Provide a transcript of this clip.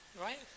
right